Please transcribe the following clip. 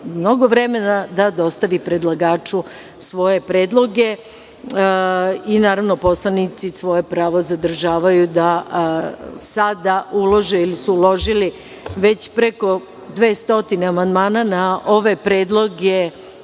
mnogo vremena da dostavi predlagaču svoje predloge i naravno poslanici svoje pravo zadržavaju da sada ulože, ili su uložili već preko 200 amandmana na ove predloge